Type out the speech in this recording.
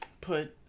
put